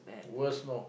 worst know